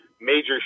major